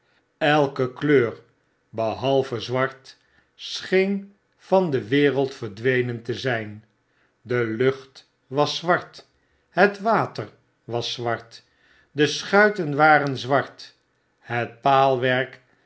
elke kleur behalve zwart scheen van de wereld verdwenen te zyn delucht was zwart het water was zwart deschuiten waren zwart het